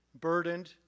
burdened